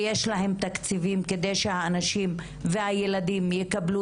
ויש להם תקציבים כדי שהאנשים והילדים יקבלו